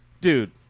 Dude